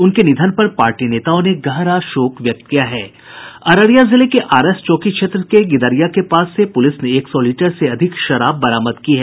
उनके निधन पर पार्टी नेताओं ने गहरा शोक व्यक्त किया है अररिया जिले के आरएस चौकी क्षेत्र के गिदरिया के पास पुलिस ने एक सौ लीटर से अधिक शराब बरामद की है